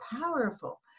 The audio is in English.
powerful